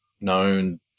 known